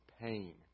pain